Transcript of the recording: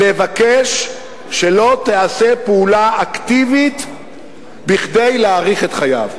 לבקש שלא תיעשה פעולה אקטיבית כדי להאריך את חייו.